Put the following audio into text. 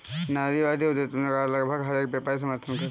नारीवादी उद्यमिता का लगभग हर एक व्यापारी समर्थन करता है